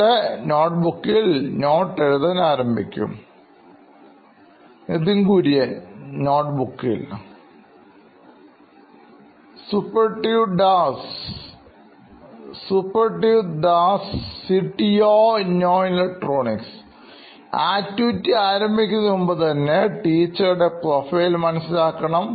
എന്നിട്ട് നോട്ട്ബുക്കിൽ നോട്ട് എഴുതാൻ ആരംഭിക്കും Nithin Kurian COO Knoin Electronics നോട്ട്ബുക്കിൽ Suprativ Das CTO Knoin Electronics ആക്ടിവിറ്റിആരംഭിക്കുന്നതിനു മുൻപ് തന്നെ ടീച്ചറുടെ profile മനസ്സിലാക്കണം